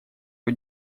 его